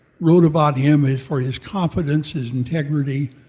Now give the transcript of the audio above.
wrote about him for his competence, his integrity.